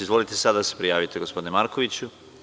Izvolite, sada se prijavite, gospodine Markoviću.